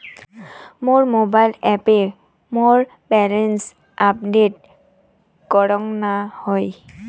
মোর mobile অ্যাপে মোর balance update করাং না হই